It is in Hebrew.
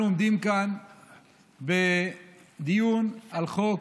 אנחנו עומדים כאן בדיון על חוק